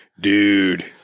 Dude